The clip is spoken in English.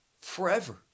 forever